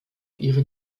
ihre